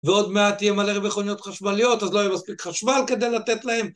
ועוד מעט תהיה מלא מכוניות חשמליות, אז לא יהיה מספיק חשמל כדי לתת להם.